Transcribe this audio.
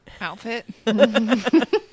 outfit